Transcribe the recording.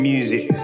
Music